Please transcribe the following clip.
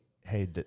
hey